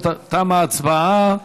תמה ההצבעה.